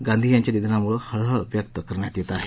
गांधी यांच्या निधनामुळे हळहळ व्यक्त करण्यात येत आहे